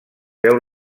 veu